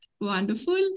Wonderful